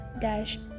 dash